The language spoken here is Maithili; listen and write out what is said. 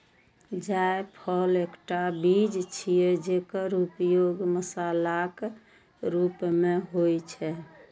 जायफल एकटा बीज छियै, जेकर उपयोग मसालाक रूप मे होइ छै